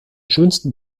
schönsten